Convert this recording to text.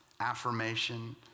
affirmation